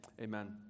amen